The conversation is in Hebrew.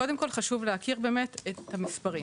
קודם כל חשוב להכיר באמת את המספרים,